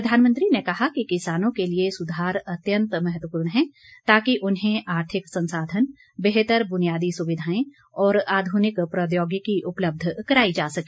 प्रधानमंत्री ने कहा कि किसानों के लिए सुधार अत्यंत महत्वपूर्ण है ताकि उन्हें आर्थिक संसाधन बेहतर बुनियादी सुविधाएं और आधुनिक प्रौद्योगिकी उपलब्ध कराई जा सके